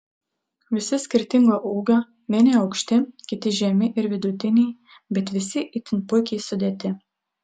visi skirtingo ūgio vieni aukšti kiti žemi ir vidutiniai bet visi itin puikiai sudėti